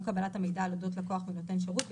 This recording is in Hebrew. קבלת המידע על אודות לקוח שמנותן שירות,